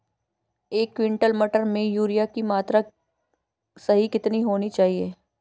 एक क्विंटल मटर में यूरिया की सही मात्रा कितनी होनी चाहिए?